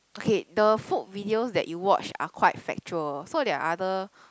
okay the food videos that you watch are quite factual so there are other